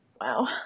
Wow